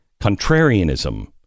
contrarianism